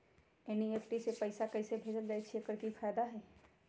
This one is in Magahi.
एन.ई.एफ.टी से पैसा कैसे भेजल जाइछइ? एकर की फायदा हई?